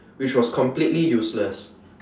which was completely useless